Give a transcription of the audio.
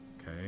okay